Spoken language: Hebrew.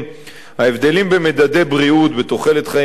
ההבדלים בין מדדי בריאות ותוחלת חיים בתמותה,